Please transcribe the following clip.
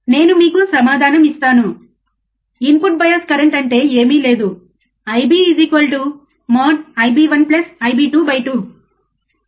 నేను మీకు సమాధానం ఇస్తాను ఇన్పుట్ బయాస్ కరెంట్ అంటే ఏమీ లేదు I B mod I B1 I B2 2